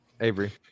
Avery